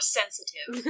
sensitive